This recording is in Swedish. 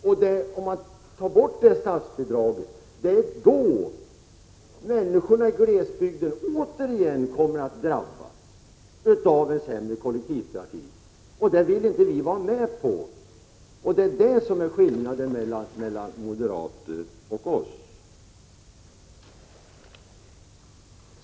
Om man tar bort det statsbidraget, kommer människorna i glesbygden återigen att drabbas av en sämre kollektivtrafik. Det vill vi inte vara med på, och det är detta som är skillnaden mellan moderaterna och OSS.